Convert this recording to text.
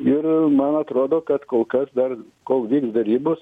ir man atrodo kad kol kas dar kol vyks derybos